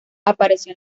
apareció